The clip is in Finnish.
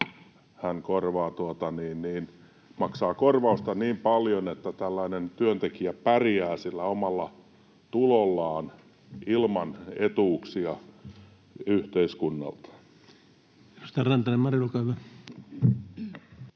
maksaa korvausta niin paljon, että tällainen työntekijä pärjää sillä omalla tulollaan ilman etuuksia yhteiskunnalta.